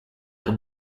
are